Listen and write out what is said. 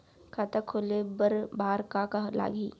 खाता खोले बार का का लागही?